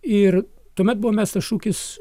ir tuomet buvo mestas šūkis